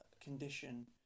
condition